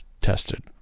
tested